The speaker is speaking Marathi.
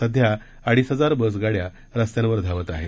सध्या अडीच हजार बसगाड्या रस्त्यांवर धावत आहेत